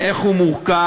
איך הוא מורכב,